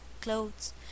clothes